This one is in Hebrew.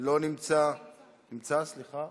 אינו נמצא, נמצא, סליחה,